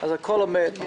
אז הכול עומד.